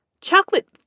Chocolate